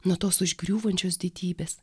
nuo tos užgriūvančios didybės